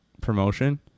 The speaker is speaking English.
promotion